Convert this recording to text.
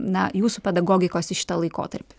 na jūsų pedagogikos į šitą laikotarpį